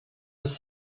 was